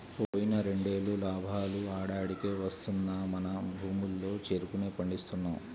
పోయిన రెండేళ్ళు లాభాలు ఆడాడికే వత్తన్నా మన భూముల్లో చెరుకునే పండిస్తున్నాం